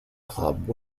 club